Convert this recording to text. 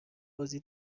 بازی